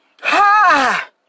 Ha